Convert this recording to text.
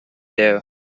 there